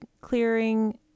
clearing